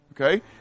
Okay